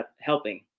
helping